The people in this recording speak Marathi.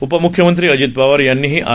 उपम्ख्यमंत्री अजित पवार यांनीही आर